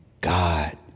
God